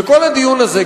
וכל הדיון הזה,